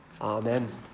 Amen